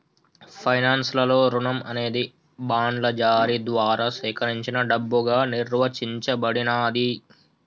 finance లలో రుణం అనేది బాండ్ల జారీ ద్వారా సేకరించిన డబ్బుగా నిర్వచించబడినాది